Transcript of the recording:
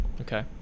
okay